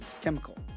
chemical